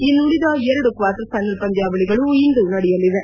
ಇನ್ನುಳದ ಎರಡು quarter final ಪಂದ್ವಾವಳಗಳು ಇಂದು ನಡೆಯಲಿವೆ